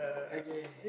okay